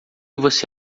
você